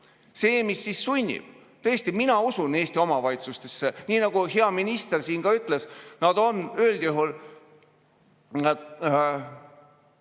see, mis siis sunnib. Tõesti, mina usun Eesti omavalitsustesse. Nii nagu hea minister siin ka ütles, nad on üldjuhul